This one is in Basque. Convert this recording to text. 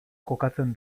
kokatzen